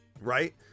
Right